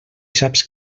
saps